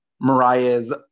Mariah's